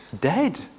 Dead